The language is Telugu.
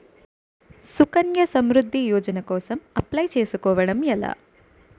సుకన్య సమృద్ధి యోజన కోసం అప్లయ్ చేసుకోవడం ఎలా?